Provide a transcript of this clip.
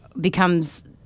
becomes